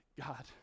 God